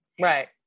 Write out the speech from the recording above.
right